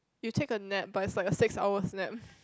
you take a nap but is like a six hours nap